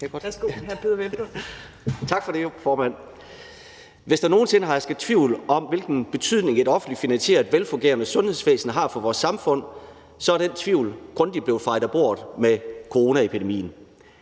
Hvis der nogen sinde har hersket tvivl om, hvilken betydning et offentligt finansieret velfungerende sundhedsvæsen har for vores samfund, så er den tvivl grundigt blevet fejet af bordet med coronaepidemien.